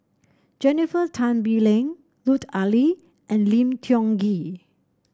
Jennifer Tan Bee Leng Lut Ali and Lim Tiong Ghee